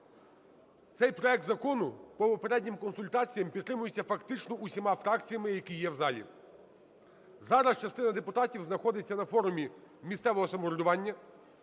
Цей проект закону по попереднім консультаціям підтримується фактично всіма фракціями, які є в залі. Зараз частина депутатів знаходиться на форумі місцевого самоврядування,